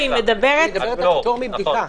היא מדברת על פטור מבדיקה.